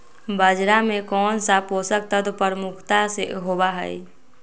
बाजरा में कौन सा पोषक तत्व प्रमुखता से होबा हई?